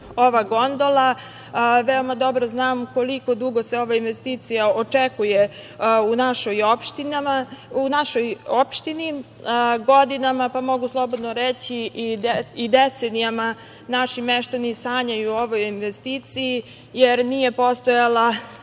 ova gondola, veoma dobro znam koliko dugo se ova investicija očekuje u našoj opštini, godinama, pa mogu slobodno reći i decenijama naši meštani sanjaju o ovoj investiciji, jer nije postojala